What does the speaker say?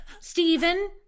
Stephen